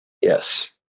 Yes